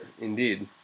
Indeed